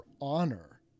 honor